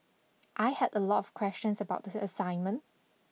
I had a lot of questions about the assignment